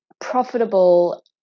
profitable